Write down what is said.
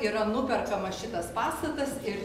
yra nuperkamas šitas pastatas ir